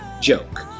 joke